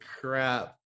crap